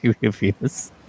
reviews